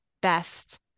best